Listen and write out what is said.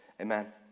Amen